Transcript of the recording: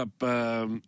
up